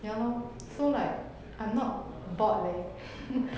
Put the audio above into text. ya lor so like I'm not bored leh